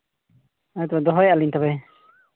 ᱫᱚᱦᱚᱭᱮᱜ ᱟᱞᱤᱧ ᱛᱚᱵᱮ